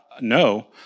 no